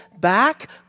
back